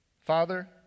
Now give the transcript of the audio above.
Father